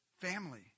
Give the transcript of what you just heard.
Family